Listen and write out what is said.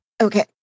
Okay